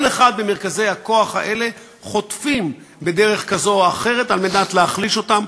כל אחד ממרכזי הכוח האלה חוטף בדרך כזו או אחרת על מנת להחליש אותם.